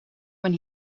when